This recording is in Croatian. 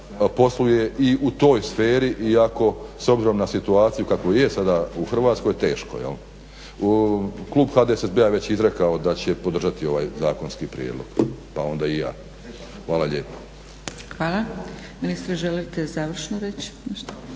posluje i u toj sferi iako s obzirom na situaciju kakva je sada u Hrvatskoj, teško jel. Klub HDSSB-a je već izrekao da će podržati ovaj zakonski prijedlog pa onda i ja. Hvala lijepo. **Zgrebec, Dragica (SDP)** Hvala. Ministre želite završno reći